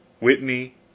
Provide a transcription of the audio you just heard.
Whitney